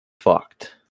fucked